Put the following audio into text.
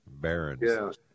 barons